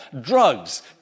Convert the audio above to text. drugs